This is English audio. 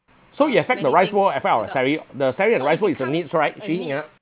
so it affects the rice bowl affect our salary the salary and rice bowl is a needs right actually yeah